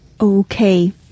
Okay